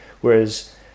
Whereas